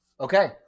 okay